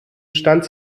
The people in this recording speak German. stand